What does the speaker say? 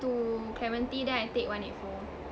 to clementi then I take one eight four